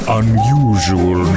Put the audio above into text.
unusual